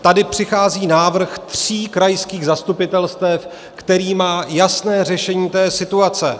Tady přichází návrh tří krajských zastupitelstev, který má jasné řešení situace.